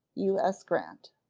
u s. grant.